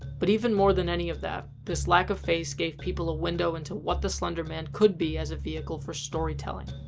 but, even more than any of that this lack of face gave people a window into what the slender man could be as a vehicle for storytelling.